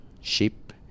sheep